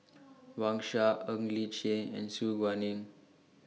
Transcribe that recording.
Wang Sha Ng Li Chin and Su Guaning